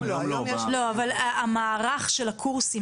אבל המערך של הקורסים,